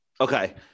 Okay